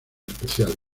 especial